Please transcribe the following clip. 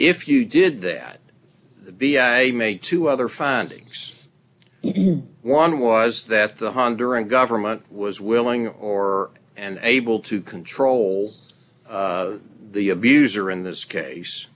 if you did that the b i made two other findings one was that the honduran government was willing or and able to control the abuser in this case